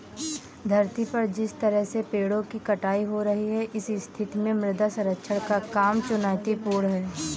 धरती पर जिस तरह से पेड़ों की कटाई हो रही है इस स्थिति में मृदा संरक्षण का काम चुनौतीपूर्ण है